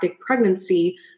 pregnancy